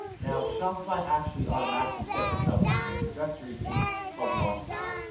now, shopify actually automatically sets us up with an introductory theme called launchpad,